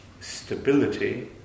stability